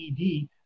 ED